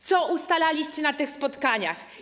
Co ustalaliście na tych spotkaniach?